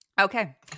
Okay